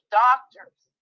doctors